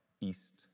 east